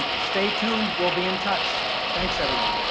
ah stay tuned. we'll be in touch. thanks, everyone.